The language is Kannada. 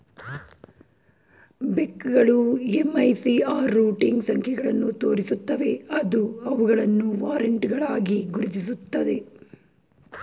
ಚೆಕ್ಗಳು ಎಂ.ಐ.ಸಿ.ಆರ್ ರೂಟಿಂಗ್ ಸಂಖ್ಯೆಗಳನ್ನು ತೋರಿಸುತ್ತವೆ ಅದು ಅವುಗಳನ್ನು ವಾರೆಂಟ್ಗಳಾಗಿ ಗುರುತಿಸುತ್ತದೆ